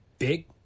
Big